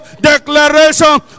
declaration